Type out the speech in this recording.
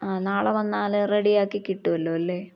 ആ നാളെ വന്നാല് റെഡിയ ആാക്കി കിട്ടുവല്ലോ അല്ലേ